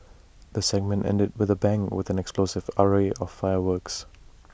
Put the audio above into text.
the segment ended with A bang with an explosive array of fireworks